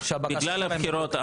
בגלל הבחירות,